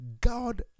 god